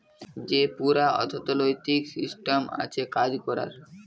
যে পুরা অথ্থলৈতিক সিসট্যাম আছে কাজ ক্যরার